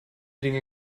dinge